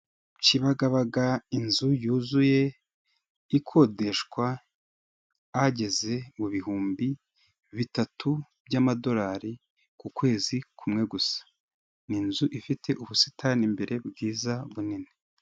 Kibagabaga inzu yuzuye ikodeshwa, ageze mu bihumbi bitatu by'amadorari ku kwezi kumwe gusa, ni inzu ifite ubusitani mbere bwiza bunini.